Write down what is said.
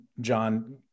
John